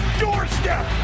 doorstep